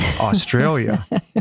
Australia